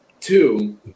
Two